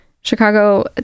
chicago